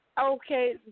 Okay